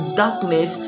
darkness